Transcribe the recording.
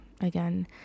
again